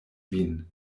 vin